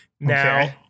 now